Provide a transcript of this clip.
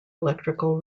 electrical